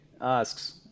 asks